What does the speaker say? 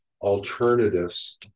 alternatives